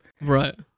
right